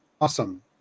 Awesome